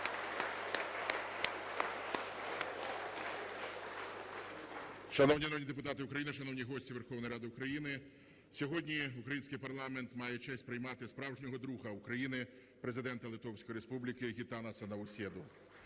народні депутати України, шановні гості Верховної Ради України, сьогодні український парламент має честь приймати справжнього друга України – Президента Литовської Республіки Гітанаса Наусєду.